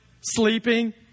sleeping